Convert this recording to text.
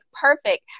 perfect